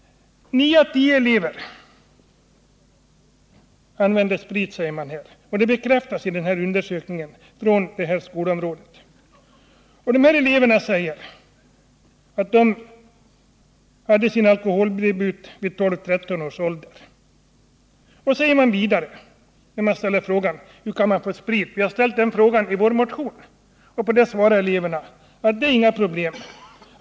Nio av tio elever använder sprit, säger man, vilket också bekräftas av undersökningen inom det här skolområdet. Eleverna säger att de gjorde sin alkoholdebut vid 12-13 års ålder. Sedan kan man ställa samma fråga som den vi har ställt i vår motion: Hur kan man få sprit? På detta svarar eleverna: Det är inget problem.